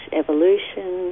evolution